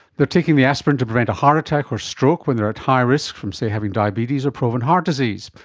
they are taking the aspirin to prevent a heart attack or stroke when they are at high risk from, say, having diabetes or proven heart disease.